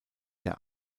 der